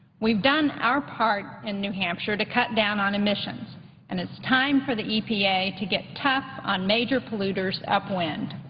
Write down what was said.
we've done our part in new hampshire to cut down on emissions and it's time for the e p a. to get tough on major polluters upwind.